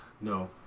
No